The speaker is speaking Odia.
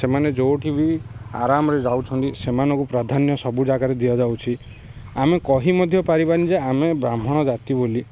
ସେମାନେ ଯେଉଁଠି ବି ଆରାମରେ ଯାଉଛନ୍ତି ସେମାନଙ୍କୁ ପ୍ରାଧାନ୍ୟ ସବୁ ଜାଗାରେ ଦିଆଯାଉଛି ଆମେ କହି ମଧ୍ୟ ପାରିବାନି ଯେ ଆମେ ବ୍ରାହ୍ମଣ ଜାତି ବୋଲି